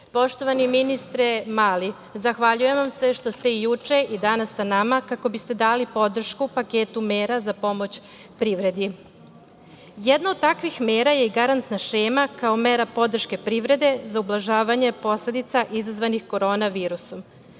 pogođeni. Poštovani ministre Mali, zahvaljujem vam se što ste juče i danas sa nama kako biste dali podršku paketu mera za pomoć privredi. Jedan od takvih mera je i garantna šema kao mera podrške privrede za ublažavanje posledica izazvanih korona virusom. Naime,